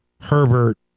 Herbert